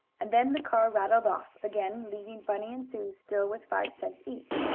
and then the car rattled off again, leaving bunny and sue, still with five cents each,